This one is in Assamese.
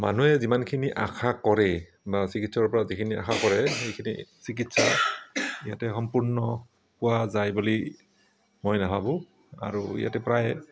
মানুহে যিমানখিনি আশা কৰে বা চিকিৎসকৰ পৰা আশা কৰে সেইখিনি চিকিৎসা ইয়াতে সম্পূৰ্ণ পোৱা যায় বুলি মই নেভাবোঁ আৰু ইয়াতে প্ৰায়